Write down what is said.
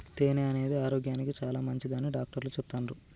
తేనె అనేది ఆరోగ్యానికి చాలా మంచిదని డాక్టర్లు చెపుతాన్రు